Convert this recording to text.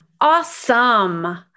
Awesome